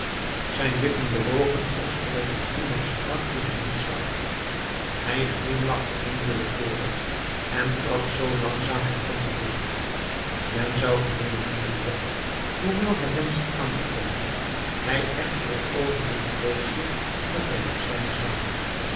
zijn lippen bewogen zich alsof hij tot iemand sprak dien hij niet zag hij glimlachte onwillekeurig en trad zoo langzaam hij kon voort men zou gemeend hebben dat hoewel hij wenschte aan te komen hij echter het oogenblik vreesde dat hij er zijn zou